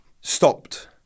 stopped